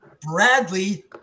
Bradley